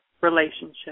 relationship